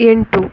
ಎಂಟು